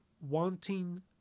wanting